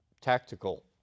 tactical